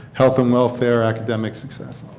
health and welfare, academic success.